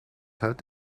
hat